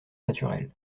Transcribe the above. naturel